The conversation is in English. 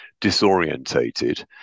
disorientated